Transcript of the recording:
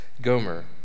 Gomer